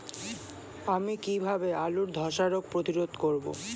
আমি কিভাবে আলুর ধ্বসা রোগ প্রতিরোধ করব?